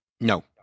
No